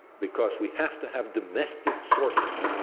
because we have to have domestic sources.